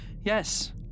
Yes